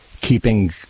keeping